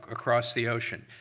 across the ocean.